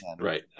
Right